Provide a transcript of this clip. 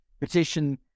petition